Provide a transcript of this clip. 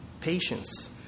patience